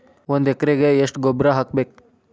ಒಂದ್ ಎಕರೆಗೆ ಎಷ್ಟ ಗೊಬ್ಬರ ಹಾಕ್ಬೇಕ್?